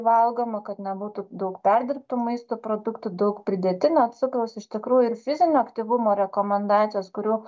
valgoma kad nebūtų daug perdirbtų maisto produktų daug pridėtinio cukraus iš tikrųjų ir fizinio aktyvumo rekomendacijos kurių